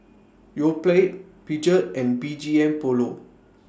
Yoplait Peugeot and B G M Polo